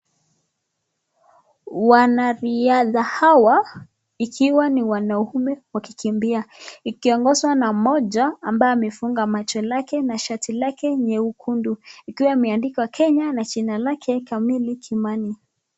Wanariadha hawa ikiwa ni wanaume wakikimbia, ikiongozwa na mmoja ambaye amefunga macho lake na shati lake nyekundu, ikiwa ameandikwa Kenya na jina lake kamili Kimani.